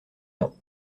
mons